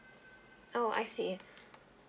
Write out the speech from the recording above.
oh I see